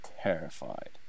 terrified